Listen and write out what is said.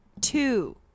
Two